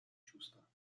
чувства